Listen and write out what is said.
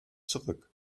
zurück